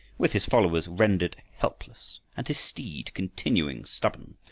with his followers rendered helpless and his steed continuing stubborn,